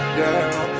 girl